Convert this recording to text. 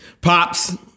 Pops